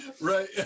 right